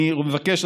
אני מבקש,